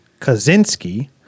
Kaczynski